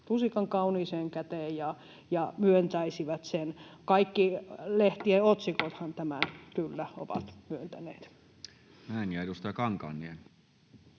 lusikan kauniiseen käteen ja myöntäisi sen. Kaikki lehtien otsikothan tämän kyllä ovat myöntäneet.